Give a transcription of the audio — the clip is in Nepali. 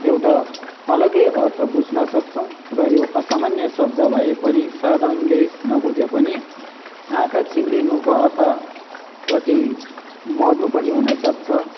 एउटा अलग्गै अर्थ बुझ्न सक्छौँ र यो असामान्य शब्द भए पनि साधारणले नबुझे पनि आँखा चिम्लिनुको अर्थ कति मर्नु पनि हुन सक्छ